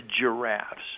Giraffes